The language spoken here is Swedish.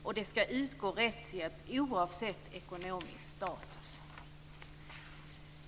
Vidare skall det utgå rättshjälp oavsett ekonomisk status.